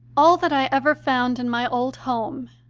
all that i ever found in my old home,